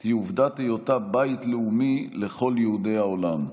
היא עובדת היותה בית לאומי לכל יהודי העולם.